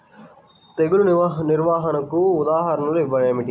తెగులు నిర్వహణకు ఉదాహరణలు ఏమిటి?